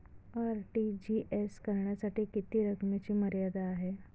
RTGS करण्यासाठी किती रकमेची मर्यादा आहे?